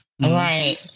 right